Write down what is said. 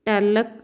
talc